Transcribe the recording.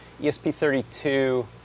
ESP32